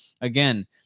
Again